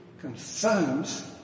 confirms